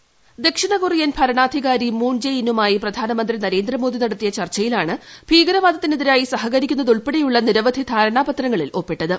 വ്യോയ്സ് ദക്ഷിണ കൊറിയൻ ഭരണാധികാരി മൂൺ ജെ ഇന്നുമായി പ്രധാനമന്ത്രി നരേന്ദ്ര മോദി നട്ത്തിയ ചർച്ചയിലാണ് ഭീകരവാദത്തിന് എതിരായി സഹകരിക്കുന്നതുൾപ്പെടെയുള്ള നിരവധി ധാരണാപത്രങ്ങളിൽ ഒപ്പിട്ടത്